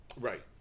Right